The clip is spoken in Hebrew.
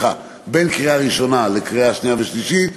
בין קריאה ראשונה לשנייה ושלישית,